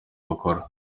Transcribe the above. bakora